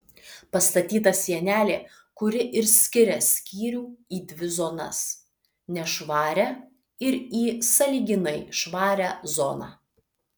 pastatyta sienelė kuri ir skiria skyrių į dvi zonas nešvarią ir į sąlyginai švarią zoną